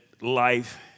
life